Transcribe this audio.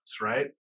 right